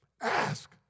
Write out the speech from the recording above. Ask